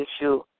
issue